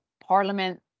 parliament